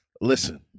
Listen